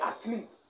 asleep